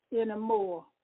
anymore